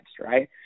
right